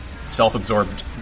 self-absorbed